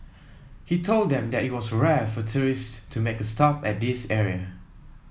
he told them that it was rare for tourist to make a stop at this area